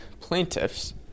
plaintiffs